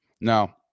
Now